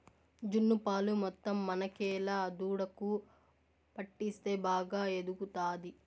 జున్ను పాలు మొత్తం మనకేలా దూడకు పట్టిస్తే బాగా ఎదుగుతాది